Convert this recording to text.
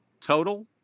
total